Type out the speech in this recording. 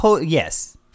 yes